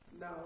No